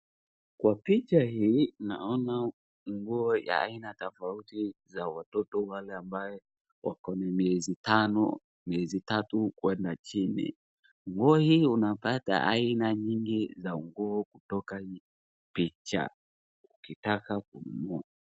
Kwa picha hii naona nguo ya aina tofauti za watoto wale ambaye wako na miezi tano, miezi tatu kuenda chini. Nguo hii unapata aina nyingi za nguo kutoka hii picha ukitaka kununua.